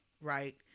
right